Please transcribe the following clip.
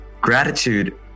gratitude